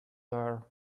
are